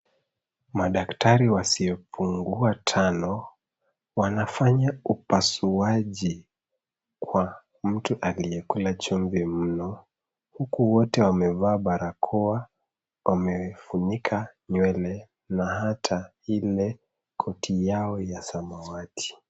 Madaktari wasiopungua tano, wanafanya upasuaji kwa mtu aliye kula chumvi mno. Huku wote wamevaa barakoa, wamefunika nywele na hata ile koti yao ya samawati.